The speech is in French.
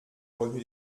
revenu